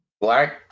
Black